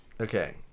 Okay